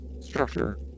Structure